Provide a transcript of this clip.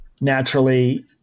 Naturally